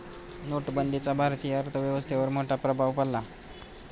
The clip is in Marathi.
नोटबंदीचा भारतीय अर्थव्यवस्थेवर मोठा प्रभाव पडला